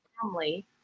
family